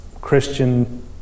Christian